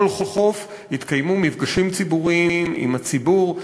בכל חוף התקיימו מפגשים ציבוריים, עם הציבור.